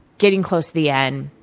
getting close to the end,